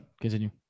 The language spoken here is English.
Continue